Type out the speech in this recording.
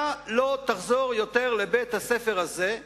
אתה לא תחזור יותר לבית-הספר הזה,